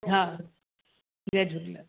हा जय झूलेलाल